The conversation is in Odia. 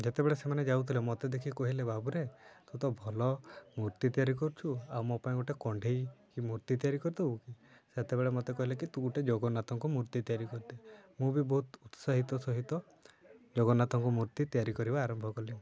ଯେତେବେଳେ ସେମାନେ ଯାଉଥିଲେ ମତେ ଦେଖିକି କହିଲେ ବାବୁରେ ତୁ ତ ଭଲ ମୂର୍ତ୍ତି ତିଆରି କରୁଛୁ ଆଉ ମୋ ପାଇଁ ଗୋଟେ କଣ୍ଢେଇ କି ମୂର୍ତ୍ତି ତିଆରି କରିଦେବୁ କି ସେତେବେଳେ ମୋତେ କହିଲେ କି ତୁ ଗୋଟେ ଜଗନ୍ନାଥଙ୍କ ମୂର୍ତ୍ତି ତିଆରି କରିଦେ ମୁଁ ବି ବହୁତ ଉତ୍ସାହିତ ସହିତ ଜଗନ୍ନାଥଙ୍କ ମୂର୍ତ୍ତି ତିଆରି କରିବା ଆରମ୍ଭ କଲି